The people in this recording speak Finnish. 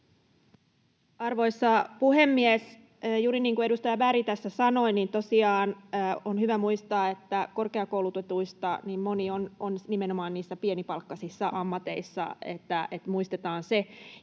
Arvoisa puhemies! Juuri niin kuin edustaja Berg tässä sanoi, niin tosiaan on hyvä muistaa, että korkeakoulutetuista moni on nimenomaan niissä pienipalkkaisissa ammateissa — että muistetaan se.